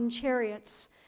chariots